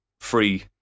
free